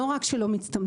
לא רק שהוא לא מצטמצם,